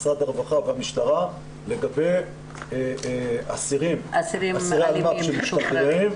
משרד הרווחה והמשטרה לגבי אסירי אלמ"ב שמשתחררים,